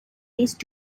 race